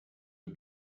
are